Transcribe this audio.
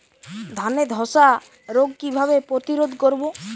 ধানে ধ্বসা রোগ কিভাবে প্রতিরোধ করব?